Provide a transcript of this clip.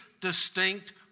distinct